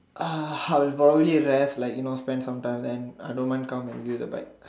uh I'll probably rest like you know spend some time then I don't mind come and use the bike